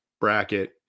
bracket